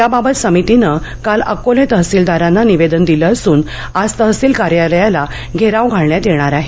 यावाबत समितीनं काल अकोले तहसीलदारांना निवेदन दिलं असून आज तहसील कार्यालयाला घेराव घालण्यात येणार आहे